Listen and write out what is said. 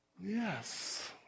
yes